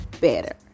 better